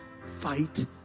fight